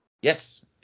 Yes